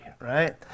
right